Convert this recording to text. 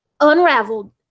Unraveled